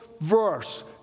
verse